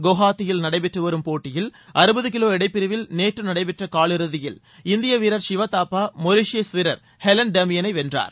குவஹாத்தியில் நடைபெற்றுவரும் போட்டியில் அறுபது கிலோ எடைப்பிரிவில் நேற்று நடைபெற்ற காலிறுதியில் இந்திய வீரர் ஷிவ தாபா மொரீஷியஸ் வீரர் ஹெலன் டேமியனை வென்றார்